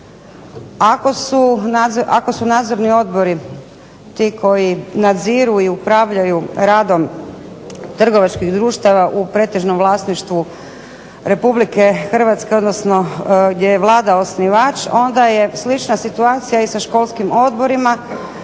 Ako su nadzorni odbori ti koji nadziru i upravlja radom trgovačkih društava u pretežnom vlasništvu RH odnosno gdje je Vlada osnivač onda je slična situacija i sa školskim odborima